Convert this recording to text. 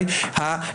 שאמרתי,